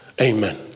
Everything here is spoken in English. Amen